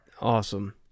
Awesome